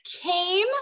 came